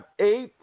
eight